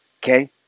Okay